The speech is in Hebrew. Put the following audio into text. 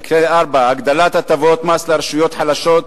הגדלת הטבות מס לרשויות חלשות,